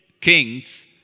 kings